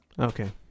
Okay